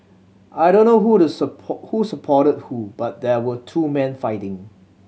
I don't know who the who supported who but there were two men fighting